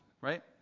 right